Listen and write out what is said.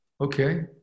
Okay